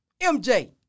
MJ